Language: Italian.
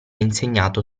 insegnato